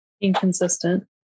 Inconsistent